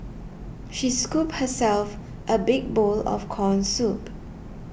she scooped herself a big bowl of Corn Soup